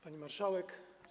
Pani Marszałek!